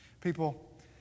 People